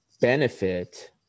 benefit